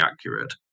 accurate